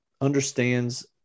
understands